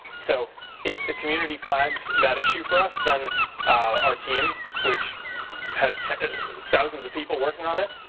so if the community flags that issue for us then our team which has thousands of people working on it,